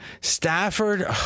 Stafford